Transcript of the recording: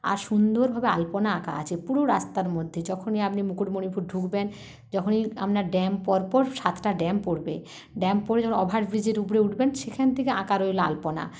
আর সুন্দর ভাবে আলপনা আঁকা আছে পুরো রাস্তার মধ্যে যখনি আপনি মুকুটমণিপুর ঢুকবেন যখনই আপনার ড্যাম পর পর সাতটা ড্যাম পরবে তারপর যখন ওভারব্রিজের উপর উঠবেন সেখান থেকে আঁকা রইল আলপনা